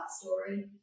story